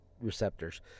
receptors